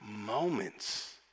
moments